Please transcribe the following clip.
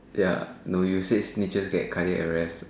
ya no you said snitches get cardiac arrest